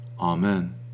Amen